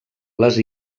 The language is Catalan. les